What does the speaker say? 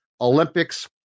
Olympics